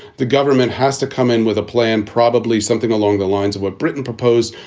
the government has to come in with a plan, probably something along the lines of what britain proposed,